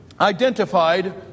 identified